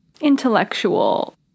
intellectual